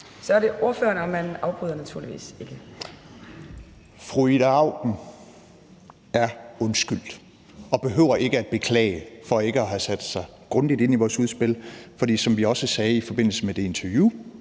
Så er det ordføreren, og man afbryder naturligvis ikke. Kl. 18:06 Alex Vanopslagh (LA): Fru Ida Auken er undskyldt og behøver ikke at beklage ikke at have sat sig grundigt ind i vores udspil. For som vi også sagde i forbindelse med det interview,